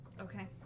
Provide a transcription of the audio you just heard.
okay